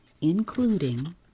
including